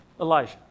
Elijah